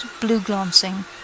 blue-glancing